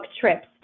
trips